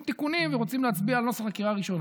תיקונים ורוצים להצביע על נוסח לקריאה ראשונה,